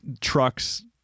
trucks